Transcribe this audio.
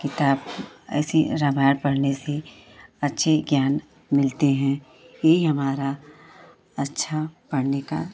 किताब ऐसे रामायण पढ़ने से अच्छा ज्ञान मिलता है यही हमारा अच्छा पढ़ने का